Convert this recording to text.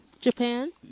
Japan